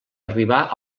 arribà